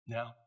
Now